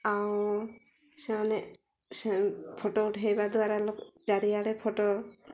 ଆଉ ସେମାନେ ଫଟୋ ଉଠାଇବା ଦ୍ୱାରା ଲୋକ ଚାରିଆଡ଼େ ଫଟୋ